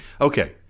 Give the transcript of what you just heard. okay